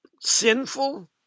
sinful